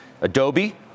Adobe